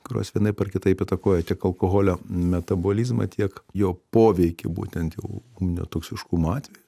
kurios vienaip ar kitaip įtakoja tiek alkoholio metabolizmą tiek jo poveikį būtent jau netoksiškumo atveju